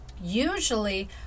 Usually